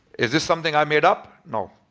is this something i made up? no.